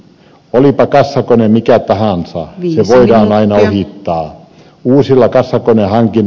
olipa kassakone mikä tahansa se voidaan aina ohittaa